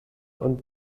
und